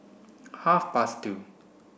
half past two